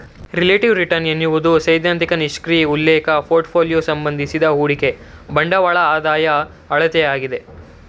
relative return ಎನ್ನುವುದು ಸೈದ್ಧಾಂತಿಕ ನಿಷ್ಕ್ರಿಯ ಉಲ್ಲೇಖ ಪೋರ್ಟ್ಫೋಲಿಯೋ ಸಂಬಂಧಿಸಿದ ಹೂಡಿಕೆ ಬಂಡವಾಳದ ಆದಾಯ ಅಳತೆಯಾಗಿದೆ